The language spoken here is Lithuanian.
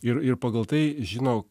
ir ir pagal tai žino